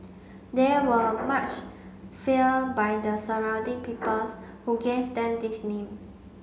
they were much feared by the surrounding peoples who gave them this name